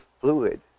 fluid